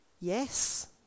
Yes